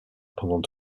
pendant